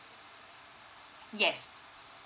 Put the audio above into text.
yes